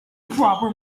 proper